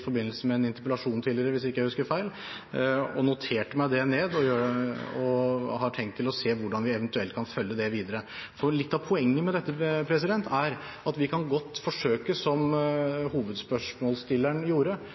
forbindelse med en interpellasjon tidligere – hvis ikke jeg husker feil. Jeg noterte meg det, og har tenkt å se på hvordan vi kan følge det videre. Litt av poenget med dette er at vi kan godt forsøke, som hovedspørsmålsstilleren gjorde,